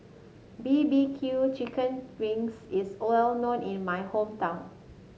B B Q Chicken Wings is well known in my hometown